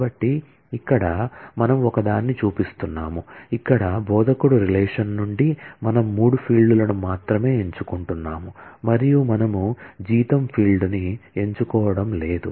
కాబట్టి ఇక్కడ మనము ఒకదాన్ని చూపిస్తున్నాము ఇక్కడ బోధకుడు రిలేషన్ నుండి మనము మూడు ఫీల్డ్ లను మాత్రమే ఎంచుకుంటున్నాము మరియు మనము జీతం ఫీల్డ్ ని ఎంచుకోవడం లేదు